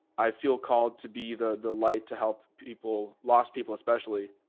i feel called to be the, the light to help people lost people, especially,